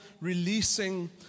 releasing